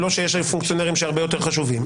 לא שיש פונקציונרים שהרבה יותר חשובים.